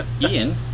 Ian